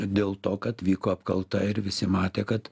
dėl to kad vyko apkalta ir visi matė kad